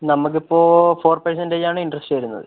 നമുക്ക് ഇപ്പോൾ ഫോർ പെർസെൻ്റെജാണ് ഇൻട്രസ്റ്റ് വരുന്നത്